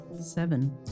seven